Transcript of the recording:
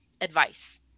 advice